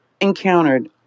encountered